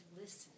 listen